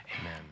Amen